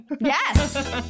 Yes